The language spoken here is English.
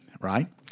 Right